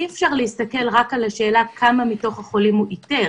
אי-אפשר להסתכל רק על השאלה כמה מתוך החולים הוא איתר.